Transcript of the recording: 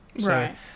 Right